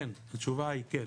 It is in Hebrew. כן, התשובה היא כן,